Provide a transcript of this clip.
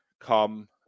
come